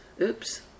oops